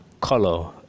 color